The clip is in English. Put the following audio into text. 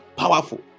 Powerful